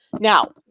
Now